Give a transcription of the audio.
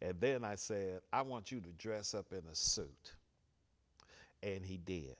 and then i said i want you to dress up in a suit and he did